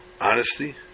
Honesty